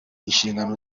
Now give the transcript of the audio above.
inshingano